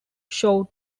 showed